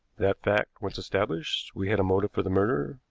that fact once established, we had a motive for the murder,